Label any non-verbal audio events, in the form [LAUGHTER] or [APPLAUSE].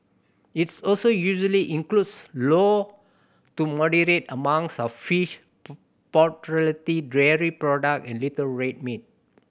its also usually includes low to moderate amounts of fish [UNINTELLIGIBLE] dairy product and little red meat